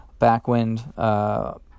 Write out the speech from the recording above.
backwind